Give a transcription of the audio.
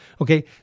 okay